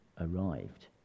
arrived